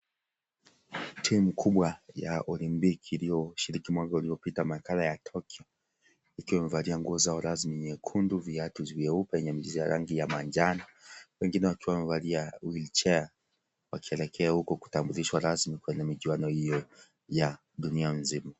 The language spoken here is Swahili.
Timu kubwa ya olimpiki iliyoshiriki mwaka uliopita makala ya Tokyo ikiwa imevalia nguo zao rasmi nyekundu viatu vyeupe zenye michirizi ya rangi ya manjano wengine wakiwa wamevalia wheelchair wakieleka huko kutambulishwa rasmi kwenye michuano hiyo ya dunia nzima.